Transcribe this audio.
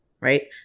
right